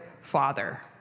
father